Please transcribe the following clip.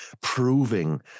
proving